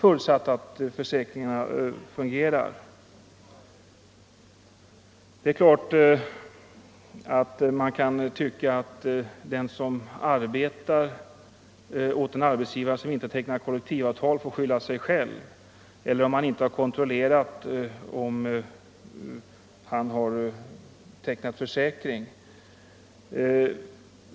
Man kanske kan tycka att den som arbetar åt en arbetsgivare som inte har tecknat kollektivavtal får skylla sig själv, och likaså om arbetaren inte har kontrollerat att arbetsgivaren har tecknat försäkring.